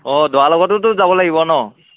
অঁ দৰাৰ লগতোটো যাব লাগিব ন